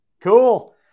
cool